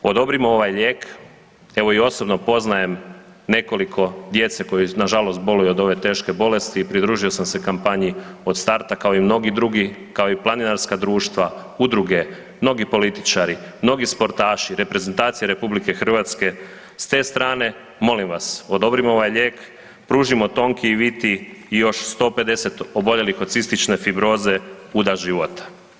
Odobrimo ovaj lijek, evo i osobno poznajem nekoliko djece koje, nažalost, boluju od ove teške bolesti, pridružio sam se kampanju od starta, kao i mnogi drugi, kao i planinarska društva, udruge, mnogi političari, mnogi sportaši, reprezentacija RH, s te strane, molim vas, odobrimo ovaj lijek, pružimo Tonki i Viti još 150 oboljelih od cistične fibroze udah života.